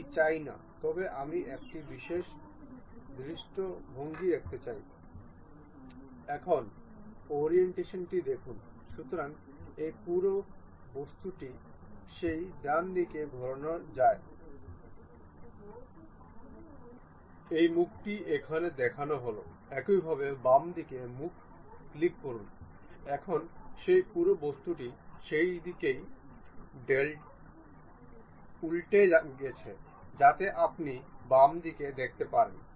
এটি 170 degree 178 degree এবং নেতিবাচক দিক থেকে সরানো হয় এটি মাইনাস 70 ডিগ্রী সর্বাধিক মান এবং এই সর্বনিম্ন মান